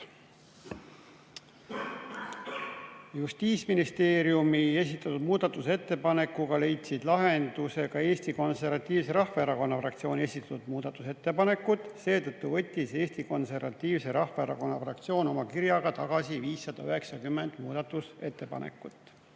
Justiitsministeeriumi esitatud muudatusettepanekuga leidsid lahenduse ka Eesti Konservatiivse Rahvaerakonna fraktsiooni esitatud muudatusettepanekud, seetõttu võttis Eesti Konservatiivse Rahvaerakonna fraktsioon oma kirjaga tagasi 590 muudatusettepanekut. Ja